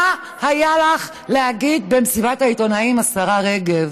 מה היה לך להגיד במסיבת העיתונאים, השרה רגב?